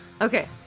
Okay